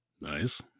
Nice